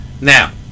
now